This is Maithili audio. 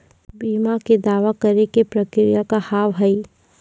बीमा के दावा करे के प्रक्रिया का हाव हई?